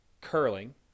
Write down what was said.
curling